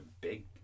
big